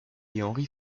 henri